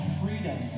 freedom